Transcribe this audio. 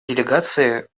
делегации